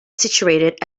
situated